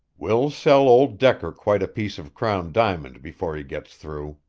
we'll sell old decker quite a piece of crown diamond before he gets through.